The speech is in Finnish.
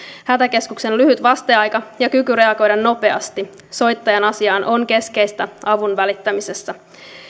hätäkeskuksen lyhyt vasteaika ja kyky reagoida nopeasti soittajan asiaan on keskeistä avun välittämisessä